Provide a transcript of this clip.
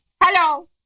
Hello